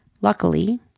luckily-